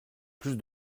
plus